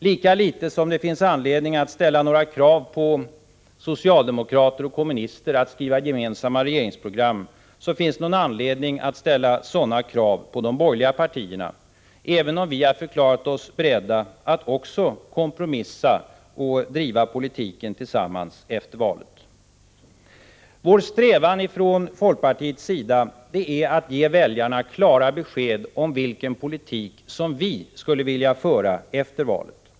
Lika litet som det finns anledning att ställa några krav på socialdemokrater och kommunister att skriva gemensamt regeringsprogram finns det anledning att ställa sådana krav på de borgerliga partierna, även om också vi har förklarat oss beredda att kompromissa och att driva politiken tillsammans efter valet. Folkpartiets strävan är att ge väljarna klara besked om vilken politik som vi skulle vilja föra efter valet.